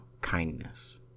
kindness